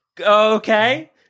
okay